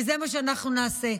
וזה מה שאנחנו נעשה.